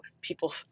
people